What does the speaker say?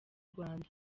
rwanda